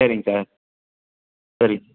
சரிங்க சார் சரி